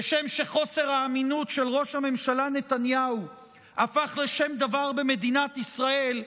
כשם שחוסר האמינות של ראש הממשלה נתניהו הפך לשם דבר במדינת ישראל,